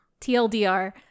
TLDR